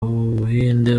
buhinde